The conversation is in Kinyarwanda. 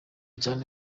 cyane